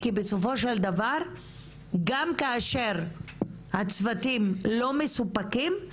כי בסופו של דבר כאשר הצוותים לא מסופקים גם